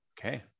Okay